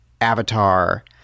Avatar